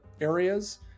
areas